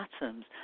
atoms